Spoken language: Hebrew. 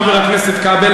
חבר הכנסת כבל,